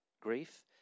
grief